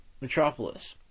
Metropolis